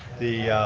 the